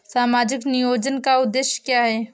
सामाजिक नियोजन का उद्देश्य क्या है?